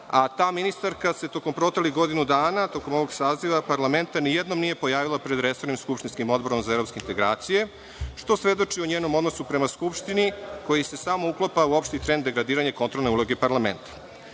a ta ministarka se tokom proteklih godinu dana, tokom ovog saziva parlamenta, nijednom nije pojavila pred resornim skupštinskim Odborom za evropske integracije, što svedoči o njenom odnosu prema Skupštini koji se samo uklapa u opšti trend degradiranja kontrolne uloge parlamenta. Postavlja